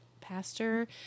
pastor